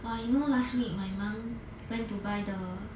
!wah! you know last week my mom went to buy the